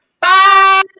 Bye